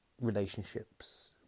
relationships